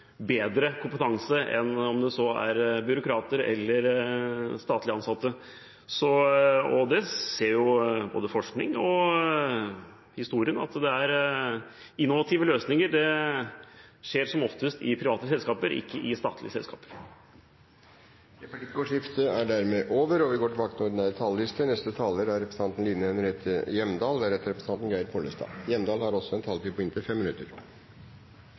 bedre kompetanse enn – om det så er byråkrater eller statlig ansatte. Både forskning og historien viser jo at innovative løsninger skjer som oftest i private selskaper, ikke i statlige selskaper. Replikkordskiftet er over.